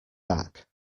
back